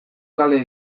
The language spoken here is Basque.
kale